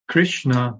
Krishna